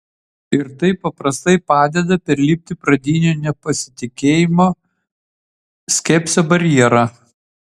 ir tai paprastai padeda perlipti pradinio nepasitikėjimo skepsio barjerą